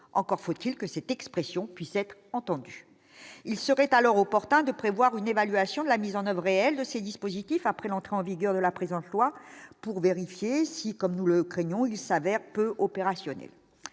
encore faut-il que cette expression puisse être entendus, il serait alors opportun de prévoir une évaluation de la mise en oeuvre réelle de ces dispositifs après l'entrée en vigueur de la présente loi pour vérifier si, comme nous le craignions il s'avère peu opérationnel